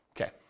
Okay